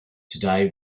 today